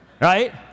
right